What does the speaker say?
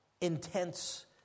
intense